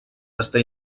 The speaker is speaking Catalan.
està